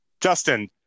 Justin